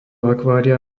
akvária